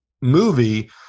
movie